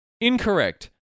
incorrect